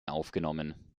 aufgenommen